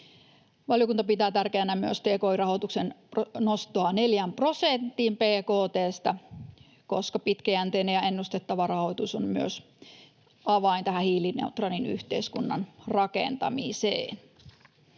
Valiokunta pitää tärkeänä myös Tekesin rahoituksen nostoa 4 prosenttiin bkt:stä, koska pitkäjänteinen ja ennustettava rahoitus on myös avain hiilineutraalin yhteiskunnan rakentamiseen.